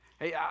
Hey